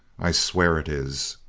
i swear it is!